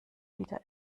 wieder